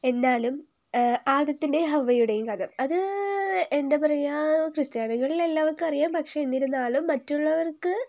എന്നാലും ആദത്തിൻ്റേയും ഹവ്വയുടെയും കഥ അത് എന്താ പറയുക ക്രിസ്ത്യാനികളിൽ എല്ലാവർക്കും അറിയാം പക്ഷേ എന്നിരുന്നാലും മറ്റുള്ളവർക്ക്